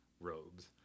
robes